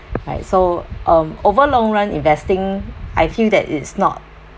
all right so um over long run investing I feel that it's not